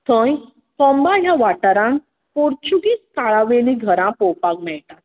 थंय कोंबा ह्या वाटारांत पुर्तुगीज काळां वयली घरां पळोवपाक मेळटा